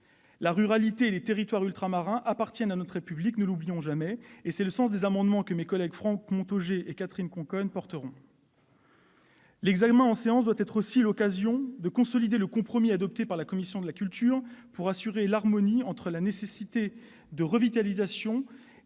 la ruralité et les territoires ultramarins appartiennent à notre République ! Tel est le sens des amendements que présenteront mes collègues Franck Montaugé et Catherine Conconne. L'examen en séance doit aussi être l'occasion de consolider le compromis adopté par la commission de la culture pour assurer l'harmonie entre la nécessité de revitalisation et la protection du patrimoine.